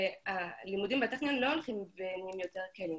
הלימודים בטכניון לא הולכים ונהיים יותר קלים,